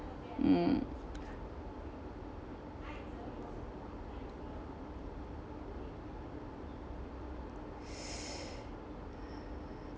mm